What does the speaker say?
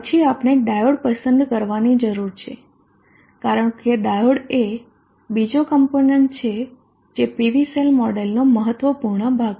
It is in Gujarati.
પછી આપણે ડાયોડ પસંદ કરવાની જરૂર છે કારણ કે ડાયોડ એ બીજો કમ્પોનન્ટ છે જે PV સેલ મોડેલનો મહત્વપૂર્ણ ભાગ છે